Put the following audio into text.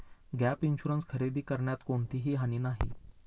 gap insurance खरेदी करण्यात कोणतीही हानी नाही